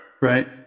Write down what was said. Right